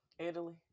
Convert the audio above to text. Italy